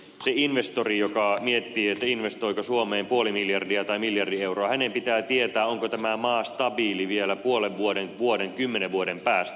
sen investorin joka miettii investoiko suomeen puoli miljardia tai miljardi euroa pitää tietää onko maa stabiili vielä puolen vuoden vuoden kymmenen vuoden päästä